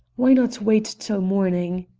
why not wait till morning?